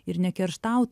ir nekerštaut